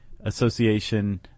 Association